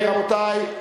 רבותי,